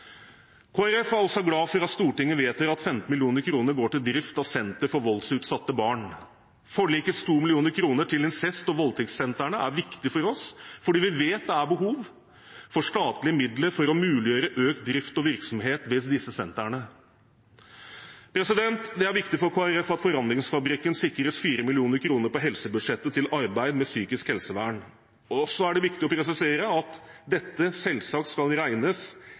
Folkeparti er også glad for at Stortinget vedtar at 15 mill. kr går til drift av senter for voldsutsatte barn. Forlikets 2 mill. kr til incest- og voldtektssentrene er viktig for oss, fordi vi vet at det er behov for statlige midler for å muliggjøre økt drift og virksomhet ved disse sentrene. Det er viktig for Kristelig Folkeparti at Forandringsfabrikken sikres 4 mill. kr på helsebudsjettet til arbeid med psykisk helsevern. Og så er det viktig å presisere at dette selvsagt skal regnes